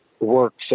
works